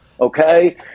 okay